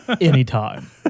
anytime